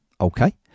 okay